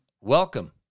welcome